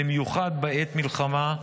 במיוחד בעת מלחמה,